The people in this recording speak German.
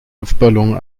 luftballon